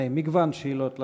מגוון שאלות לשר.